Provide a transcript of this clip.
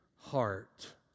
heart